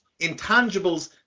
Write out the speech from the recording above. intangibles